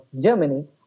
Germany